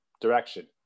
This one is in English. direction